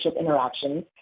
interactions